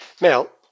Mel